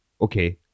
Okay